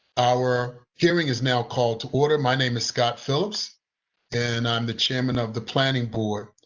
our hearing is now called to order. my name is scott phillips and i'm the chairman of the planning board.